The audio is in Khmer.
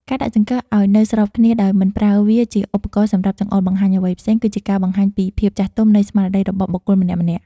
ការដាក់ចង្កឹះឱ្យនៅស្របគ្នាដោយមិនប្រើវាជាឧបករណ៍សម្រាប់ចង្អុលបង្ហាញអ្វីផ្សេងគឺជាការបង្ហាញពីភាពចាស់ទុំនៃស្មារតីរបស់បុគ្គលម្នាក់ៗ។